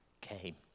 came